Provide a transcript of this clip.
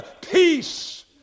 peace